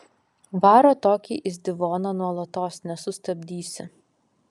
varo tokį izdivoną nuolatos nesustabdysi